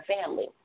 family